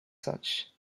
such